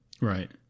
Right